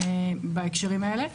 בהקשרים האלה,